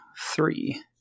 three